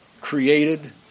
created